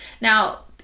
Now